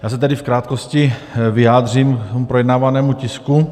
Já se tedy v krátkosti vyjádřím k projednávanému tisku.